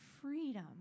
freedom